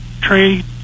trade